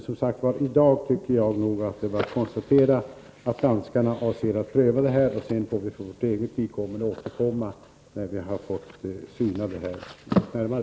Som sagt: I dag är det nog bara att konstatera att danskarna avser att pröva det här, och sedan får vi för vårt eget vidkommande återkomma när vi har fått syna det hela litet närmare.